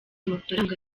mafaranga